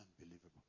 unbelievable